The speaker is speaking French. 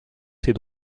ses